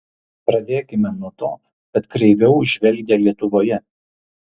pradėkime nuo to kad kreiviau žvelgia lietuvoje